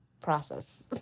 process